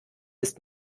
ist